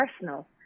personal